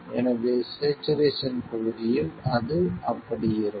எனவே ஸ்சேச்சுரேசன் பகுதியில் அது அப்படி இருக்கும்